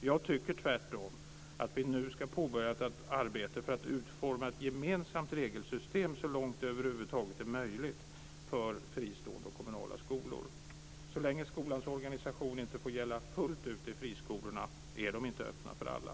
Jag tycker tvärtom att vi nu ska påbörja ett arbete för att utforma ett gemensamt regelsystem så långt det över huvud taget är möjligt för fristående och kommunala skolor. Så länge skolans organisation inte får gälla fullt ut i friskolorna är de inte öppna för alla.